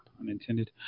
unintended